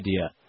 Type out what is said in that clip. idea